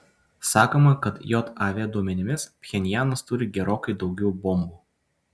sakoma kad jav duomenimis pchenjanas turi gerokai daugiau bombų